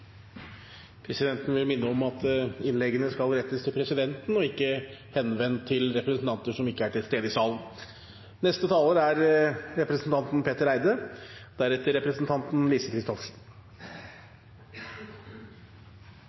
Presidenten vil minne om at innleggene skal rettes til presidenten, og ikke henvendes til representanter som ikke er til stede i salen. Jeg vil aller først si at jeg slutter meg 100 pst. til det tidligere taler